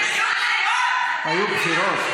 היו בחירות?